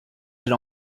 elle